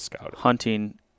hunting